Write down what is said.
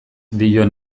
dio